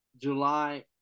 July